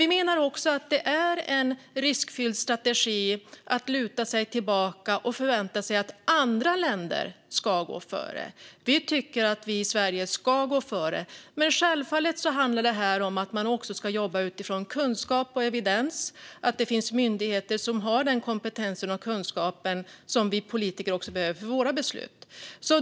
Vi menar också att det är en riskfylld strategi att luta sig tillbaka och förvänta sig att andra länder ska gå före. Vi tycker att vi i Sverige ska gå före. Men självfallet handlar det här också om att man ska jobba utifrån kunskap och evidens. Det finns myndigheter som har den kompetens och kunskap som vi politiker behöver för våra beslut.